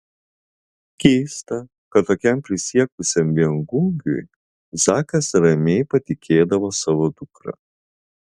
keista kad tokiam prisiekusiam viengungiui zakas ramiai patikėdavo savo dukrą